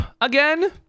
again